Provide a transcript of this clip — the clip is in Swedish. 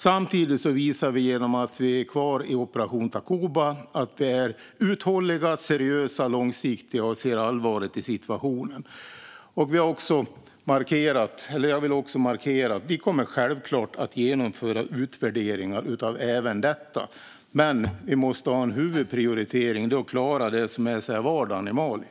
Samtidigt visar vi genom att vi stannar kvar i Operation Takuba att vi agerar uthålligt, seriöst och långsiktigt samt att vi ser med allvar på situationen. Jag vill också markera att vi självklart kommer att utvärdera även denna situation, men vi måste ha huvudprioriteringen att klara vardagen i Mali.